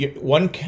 one